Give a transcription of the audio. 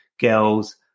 girls